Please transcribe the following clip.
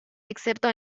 excepto